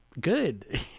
Good